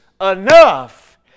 enough